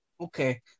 Okay